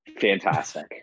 Fantastic